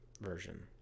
version